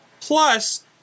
plus